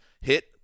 hit